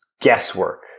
guesswork